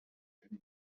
dizze